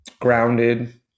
grounded